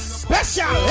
special